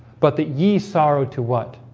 but that ye sorrowed to what?